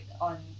on